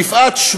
יפעת,